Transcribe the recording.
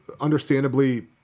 understandably